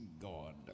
God